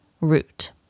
root